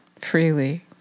freely